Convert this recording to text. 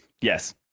yes